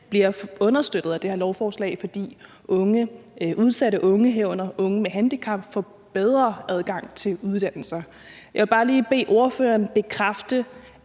bliver understøttet af det her lovforslag, fordi udsatte unge, herunder unge med handicap, får bedre adgang til uddannelser. Jeg vil bare lige bede ordføreren bekræfte,